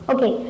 Okay